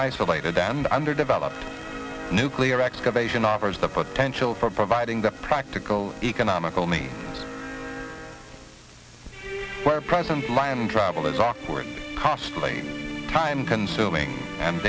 isolated and underdeveloped nuclear excavation arbors the potential for providing the practical economical me where present buy and travel is awkward costly time consuming and